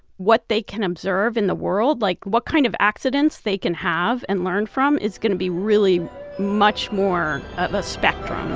what they can observe in the world, like, what kind of accidents they can have and learn from, is going to be really much more of a spectrum